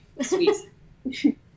Sweet